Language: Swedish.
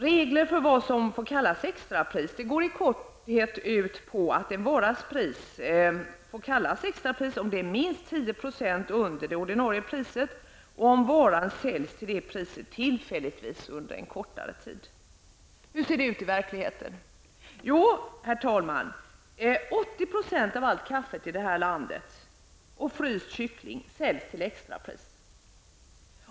Reglerna för vad som får kallas extrapris går i korthet ut på att en varas pris får kallas extrapris, om det är minst 10 % under det ordinarie priset och om varan säljs till det priset tillfälligtvis under en kortare tid. Hur ser det ut i verkligheten? Jo, herr talman, 80 % av allt kaffe och all fryst kyckling här i landet säljs till extrapris.